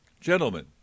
gentlemen